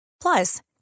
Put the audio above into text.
Plus